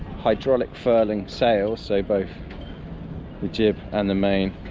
hydraulic furling sail, so both the jib and the main,